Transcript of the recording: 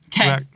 Okay